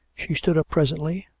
she stood up presently,